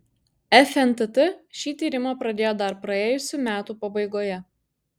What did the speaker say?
fntt šį tyrimą pradėjo dar praėjusių metų pabaigoje